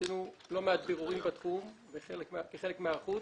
עשינו לא מעט בירורים בתחום כחלק מההיערכות,